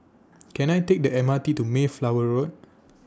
Can I Take The M R T to Mayflower Road